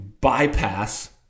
bypass